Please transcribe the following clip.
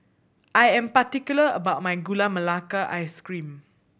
I am particular about my Gula Melaka Ice Cream